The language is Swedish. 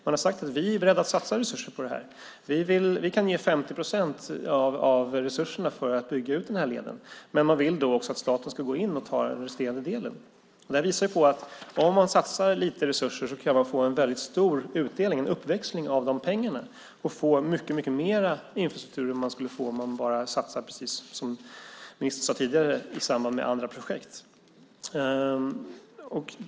Man har sagt: Vi är beredda att satsa resurser på det här. Vi kan ge 50 procent av resurserna för att bygga ut nämnda led. Dock vill man att staten går in och tar resterande del. Det här visar att man om man satsar lite resurser kan få en väldigt stor utdelning, en uppväxling av de pengarna. Man får mycket mer infrastruktur än man skulle få om man bara, som ministern tidigare sade, satsade i samband med andra projekt.